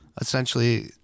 essentially